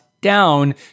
down